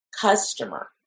customer